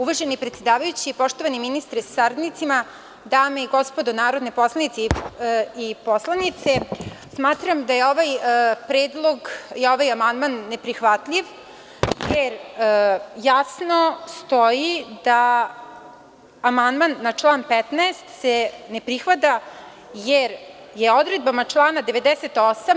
Uvaženi predsedavajući, poštovani ministre sa saradnicima, dame i gospodo narodni poslanici i poslanice, smatram da je ovaj amandman neprihvatljiv, jer jasno stoji da amandman na član 15. se ne prihvata jer je odredbama člana 98.